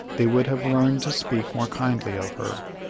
they would have learned to speak more kindly of her.